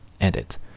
Edit